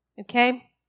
okay